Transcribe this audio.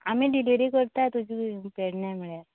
आमी डिलवरी करता तुजी पेडण्या म्हणल्यार